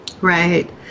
Right